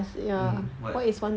mm what